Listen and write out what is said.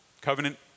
Covenant